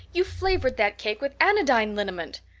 you've flavored that cake with anodyne liniment.